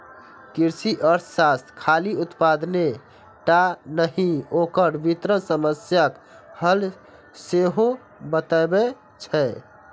कृषि अर्थशास्त्र खाली उत्पादने टा नहि, ओकर वितरण समस्याक हल सेहो बतबै छै